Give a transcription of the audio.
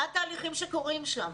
מה התהליכים שקורים שם.